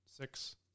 six